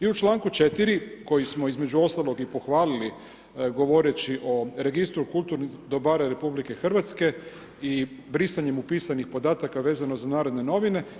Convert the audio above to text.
I u članku 4. koji smo između ostalog i pohvalili govoreći o Registru kulturnih dobara RH i brisanjem upisanih podataka vezano za Narodne novine.